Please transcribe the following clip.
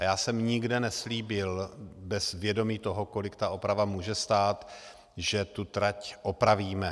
Já jsem nikde neslíbil bez vědomí toho, kolik ta oprava může stát, že tu trať opravíme.